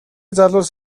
залуус